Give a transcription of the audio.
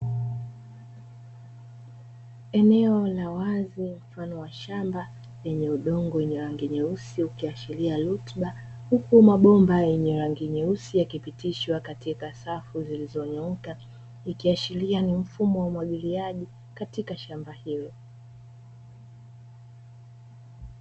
Eneo la wazi mfano wa shamba lenye udongo wa rangi nyeusi ukiashiria rutuba huku mabomba yenye rangi nyeusi ya kipitishwa katika safu zilizonyooka, ikiashiria ni mfumo wa umwagiliaji katika shamba hilo.